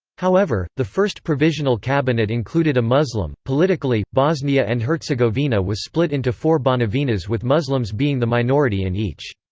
however the first provisional cabinet included a muslim politically, bosnia and herzegovina was split into four banovinas with muslims being the minority in each.